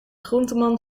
groenteman